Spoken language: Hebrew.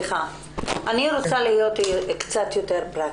אני רוצה להיות קצת יותר פרקטית.